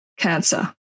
cancer